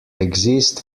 exist